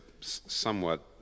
somewhat